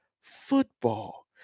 football